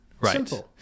Right